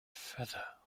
feather